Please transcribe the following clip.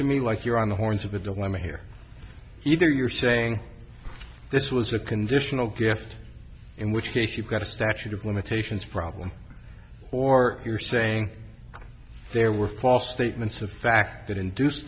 to me like you're on the horns of a dilemma here either you're saying this was a conditional gift in which case you got a statute of limitations problem or you're saying there were false statements of fact that induced